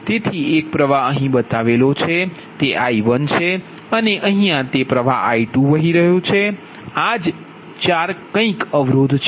તેથી એક પ્ર્વાહ અહીં બતાવે છે I1 અને અહીં તે I2 છે આ 4 આ કંઈક પ્રતિકારક છે